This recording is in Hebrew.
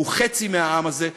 הוא חצי מהעם הזה,